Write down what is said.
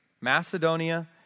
Macedonia